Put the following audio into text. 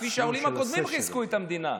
כפי שהעולים הקודמים חיזקו את המדינה.